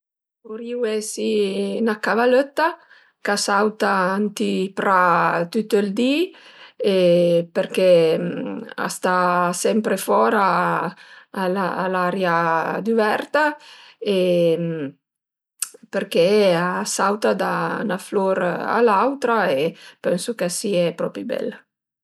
Vurìu esi 'na cavalëtta ch'a sauta ënt i pra tüt ël di përché a sta sempre fora a l'aria düverta e përché a sauta da 'na flur a l'autra e pensu ch'a sie propi bel